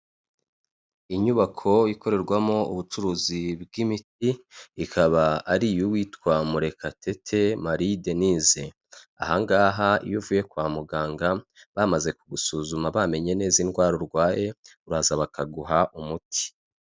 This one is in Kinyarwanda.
Inyubako ikorerwamo ubucuruzi bw'imiti ikaba ari iy'uwitwa Murekatete Mari Denise. Aha ngaha iyo uvuye kwa muganga bamaze kugusuzuma bamenye neza indwara urwaye uraza bakaguha umuti.